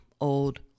old